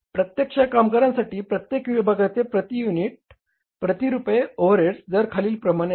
प्रत्यक्ष कामगारांसाठी प्रत्येक विभागाचे प्रती रुपये ओव्हरहेड्स दर खालील प्रमाणे आहेत